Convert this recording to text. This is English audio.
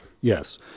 Yes